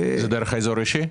זה דרך אזור אישי?